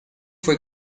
fue